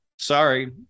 sorry